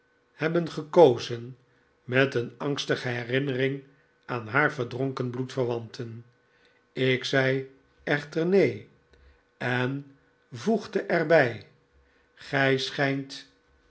hebben gekozen met een angstige herinnering aan haar verdronken bloedverwanten ik zei echter neen en voegde er bij gij schijnt